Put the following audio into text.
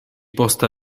poste